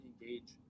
engage